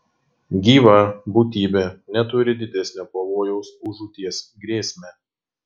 gyva būtybė neturi didesnio pavojaus už žūties grėsmę